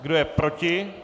Kdo je proti?